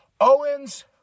Owens